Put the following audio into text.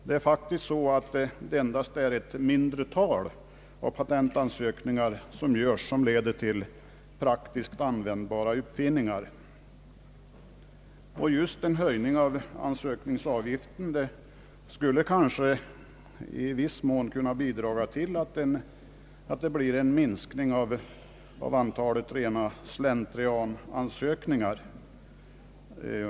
Det är faktiskt så att endast ett mindre tal av de patentansökningar som görs leder till praktiskt användbara uppfinningar. Just en höjning av ansökningsavgiften skulle kanske i viss mån kunna bidra till att det blir en minskning av antalet rena slentrianansökningar.